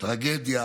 טרגדיה